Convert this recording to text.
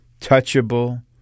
touchable